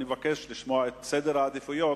אני מבקש לשמוע את סדר העדיפויות